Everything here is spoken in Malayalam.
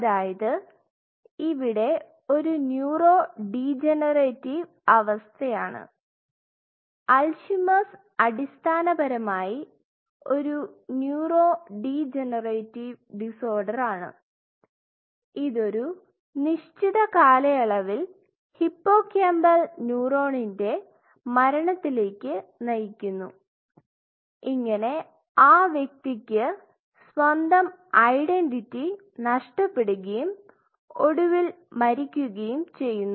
അതായത് ഇവിടെ ഒരു ന്യൂറോഡീജനറേറ്റീവ് അവസ്ഥയാണ് അൽഷിമേഴ്സ്Alzheimer's അടിസ്ഥാനപരമായി ഒരു ന്യൂറോഡീജനറേറ്റീവ് ഡിസോർഡറാണ് ഇതൊരു നിശ്ചിത കാലയളവിൽ ഹിപ്പോകാമ്പൽ ന്യൂറോണിന്റെ മരണത്തിലേക്ക് നയിക്കുന്നു ഇങ്ങനെ ആ വ്യക്തിക്ക് സ്വന്തം ഐഡന്റിറ്റി നഷ്ടപ്പെടുകയും ഒടുവിൽ മരിക്കുകയും ചെയ്യുന്നു